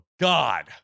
God